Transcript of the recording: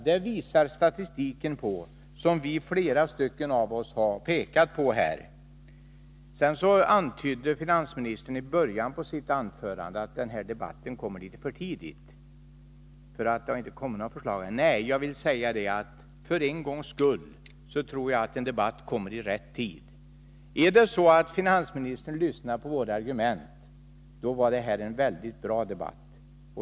Det visade den statistik som flera av oss här har pekat på. Finansministern antydde i början av sitt anförande att den här debatten kommer litet för tidigt, därför att inget förslag ännu har framlagts. Nej, jag tror att debatten för en gångs skull kommer i rätt tid. Om finansministern lyssnar på våra argument var detta en mycket bra debatt.